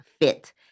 fit